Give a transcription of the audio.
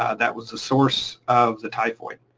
ah that was the source of the typhoid.